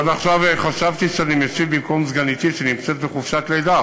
עד עכשיו חשבתי שאני משיב במקום סגניתי שנמצאת בחופשת לידה,